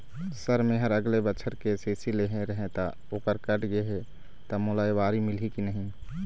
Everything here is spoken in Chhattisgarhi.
सर मेहर अगले बछर के.सी.सी लेहे रहें ता ओहर कट गे हे ता मोला एबारी मिलही की नहीं?